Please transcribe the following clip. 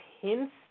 hints